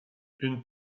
une